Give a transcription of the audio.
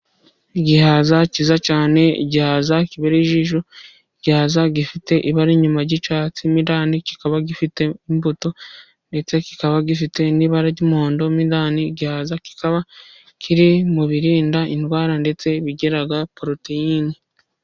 Igihaza cyiza cyane gihaza kibereye ijisho igihaza gifite ibara inyuma ry'icyatsi mo indani kikaba gifite imbuto ndetse kikaba gifite n'ibara ry'umuhondo mo indani. Igihaza kikaba kiri mu birinda indwara ndetse bigira poroteyine.